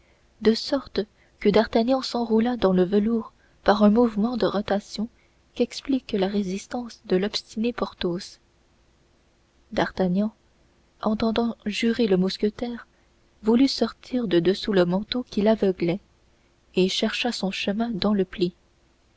de sorte que d'artagnan s'enroula dans le velours par un mouvement de rotation qu'explique la résistance de l'obstiné porthos d'artagnan entendant jurer le mousquetaire voulut sortir de dessous le manteau qui l'aveuglait et chercha son chemin dans le pli